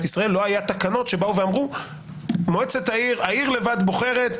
ישראל לא היו תקנות שבאו ואמרו שהעיר לבד בוחרת,